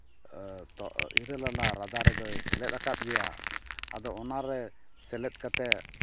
ᱤᱨᱟᱹᱞᱟᱱᱟᱜ ᱨᱟᱫᱟ ᱨᱮᱫᱚᱭ ᱥᱮᱞᱮᱫ ᱟᱠᱟᱫ ᱜᱮᱭᱟ ᱟᱫᱚ ᱚᱱᱟᱨᱮ ᱥᱮᱞᱮᱫ ᱠᱟᱛᱮᱫ